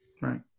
Right